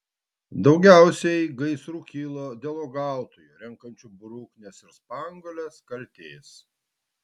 daugiausiai gaisrų kilo dėl uogautojų renkančių bruknes ir spanguoles kaltės